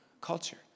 culture